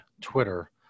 Twitter